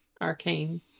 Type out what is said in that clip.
arcane